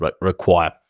require –